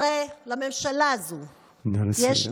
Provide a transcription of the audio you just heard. הרי לחברי הממשלה הזו יש, נא לסיים.